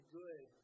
good